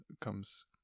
comes